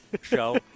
show